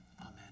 amen